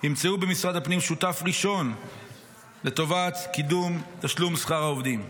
ימצאו במשרד הפנים שותף ראשון לטובת קידום תשלום שכר העובדים.